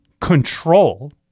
control